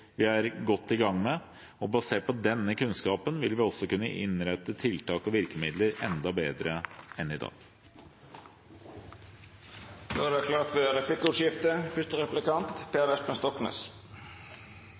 vi er godt i gang med. Basert på denne kunnskapen vil vi også kunne innrette tiltak og virkemidler enda bedre enn i dag. Det vert replikkordskifte.